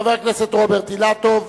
חבר הכנסת רוברט אילטוב,